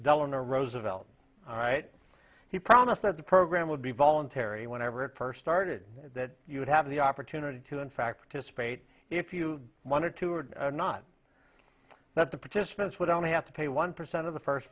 delano roosevelt all right he promised that the program would be voluntary whenever it per started that you would have the opportunity to in fact dissipate if you wanted to or not that the participants would only have to pay one percent of the first